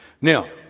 Now